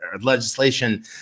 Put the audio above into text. legislation